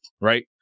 right